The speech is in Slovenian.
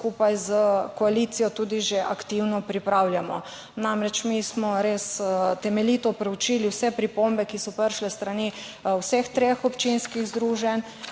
skupaj s koalicijo tudi že aktivno pripravljamo. Namreč, mi smo res temeljito preučili vse pripombe, ki so prišle s strani vseh treh občinskih združenj,